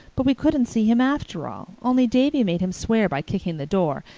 but we couldn't see him after all, only davy made him swear by kicking the door.